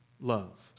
love